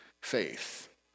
faith